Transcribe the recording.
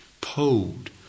pulled